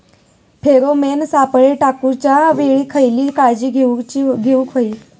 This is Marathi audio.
फेरोमेन सापळे टाकूच्या वेळी खयली काळजी घेवूक व्हयी?